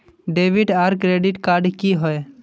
Debit आर credit card की होय?